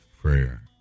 prayer